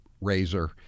razor